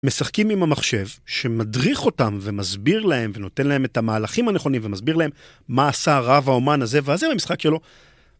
משחקים עם המחשב שמדריך אותם ומסביר להם ונותן להם את המהלכים הנכונים ומסביר להם מה עשה הרב האומן הזה והזה במשחק שלו.